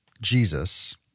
Jesus